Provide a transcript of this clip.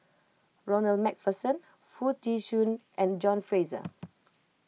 Ronald MacPherson Foo Tee Shun and John Fraser